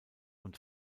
und